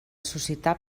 suscitar